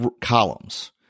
columns